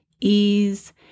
ease